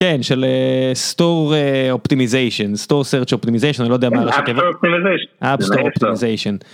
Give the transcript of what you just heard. כן של סטור אופטימיזיישן סטור סארצ' אופטימיזיישן אני לא יודע מה הראשי תיבות.